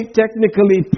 technically